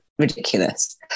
ridiculous